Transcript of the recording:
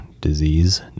disease